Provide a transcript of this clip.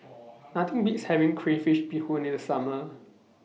Nothing Beats having Crayfish Beehoon in The Summer